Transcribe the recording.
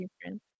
different